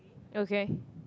okay